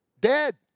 Dead